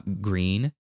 green